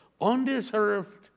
undeserved